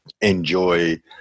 enjoy